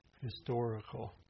historical